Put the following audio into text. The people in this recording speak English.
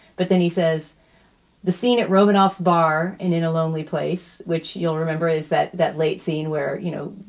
but then he says the scene at romanoff's bar and in a lonely place, which you'll remember, is that that late scene where, you know,